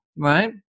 right